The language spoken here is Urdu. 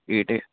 اینٹیں